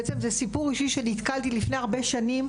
בעצם זה סיפור אישי שנתקלתי בו לפני הרבה שנים.